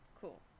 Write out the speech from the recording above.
Cool